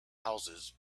houses